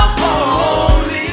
holy